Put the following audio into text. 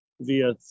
via